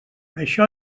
això